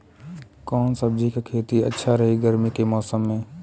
कवना सब्जी के खेती अच्छा रही गर्मी के मौसम में?